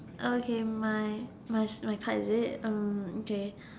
okay my my my card is it okay